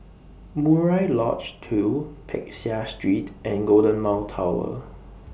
Murai Lodge two Peck Seah Street and Golden Mile Tower